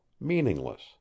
meaningless